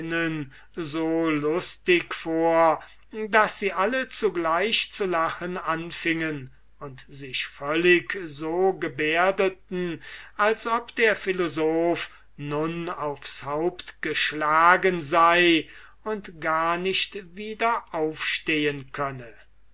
so lustig vor daß sie alle zugleich zu lachen anfingen und sich völlig so gebärdeten als ob der philosoph nun aufs haupt geschlagen sei und gar nicht wieder aufstehen könne